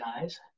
guys